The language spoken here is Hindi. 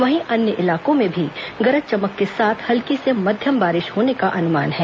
वहीं अन्य इलाकों में भी गरज चमक के साथ हल्की से मध्यम बारिश होने का अनुमान है